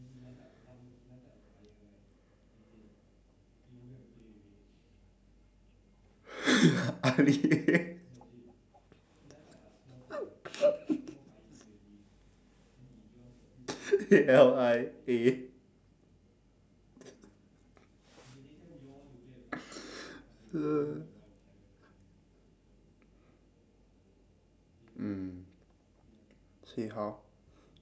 ali A L I A